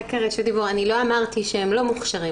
אני לא אמרתי שהם לא מוכשרים.